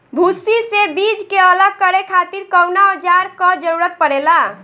भूसी से बीज के अलग करे खातिर कउना औजार क जरूरत पड़ेला?